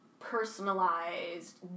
Personalized